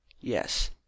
yes